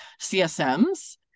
CSMs